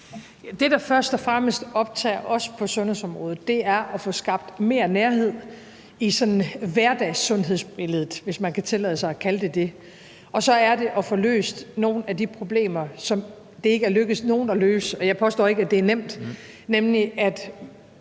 Det, der først og fremmest optager os på sundhedsområdet, er at få skabt mere nærhed i hverdagssundhedsbilledet, hvis man kan tillade sig at kalde det det, og så er det at få løst nogle af de problemer, som det ikke er lykkedes nogen at løse – og jeg påstår ikke, at det er nemt – nemlig at